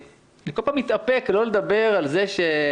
ואני כל פעם מתאפק לא לדבר על זה שבסוף